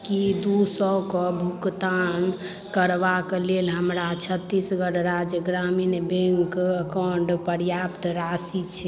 की दू सए के भुगतान करबा लेल हमरा छत्तीसगढ़ राज्य ग्रामीण बैंक अकाउंट पर्याप्त राशि छै